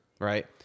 right